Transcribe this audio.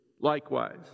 likewise